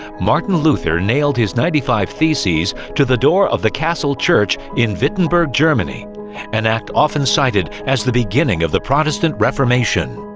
martin luther nailed his ninety five theses to the door of the castle church in wittenberg, germany an act often cited as the beginning of the protestant reformation!